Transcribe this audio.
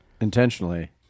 intentionally